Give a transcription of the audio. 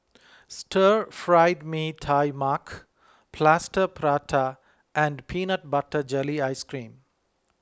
Stir Fried Mee Tai Mak Plaster Prata and Peanut Butter Jelly Ice Cream